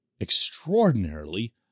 extraordinarily